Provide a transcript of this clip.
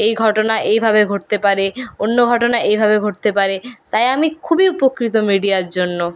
এই ঘটনা এইভাবে ঘটতে পারে অন্য ঘটনা এইভাবে ঘটতে পারে তাই আমি খুবই উপকৃত মিডিয়ার জন্য